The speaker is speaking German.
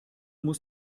muss